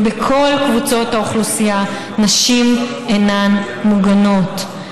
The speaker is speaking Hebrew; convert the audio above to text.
ובכל קבוצות האוכלוסייה נשים אינן מוגנות.